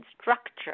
structure